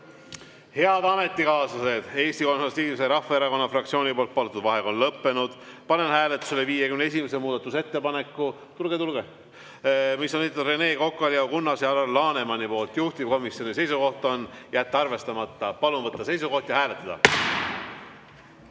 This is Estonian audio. Head ametikaaslased! Eesti Konservatiivse Rahvaerakonna fraktsiooni palutud vaheaeg on lõppenud. Panen hääletusele 51. muudatusettepaneku – tulge-tulge! –, mille on esitanud Rene Kokk, Leo Kunnas ja Alar Laneman. Juhtivkomisjoni seisukoht on jätta arvestamata. Palun võtta seisukoht ja hääletada!